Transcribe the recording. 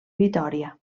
vitòria